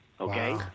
okay